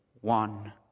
one